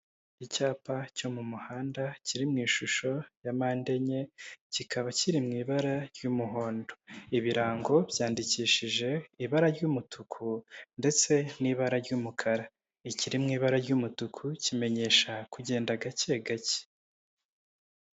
Icyapa cyo mu muhanda kiri mu ishusho ya mpande enye kikaba kiri mu ibara ry'umuhondo, ibirango byandikishije ibara ry'umutuku ndetse n'ibara ry'umukara, ikiri mu ibara ry'umutuku kimenyesha kugenda gake gake.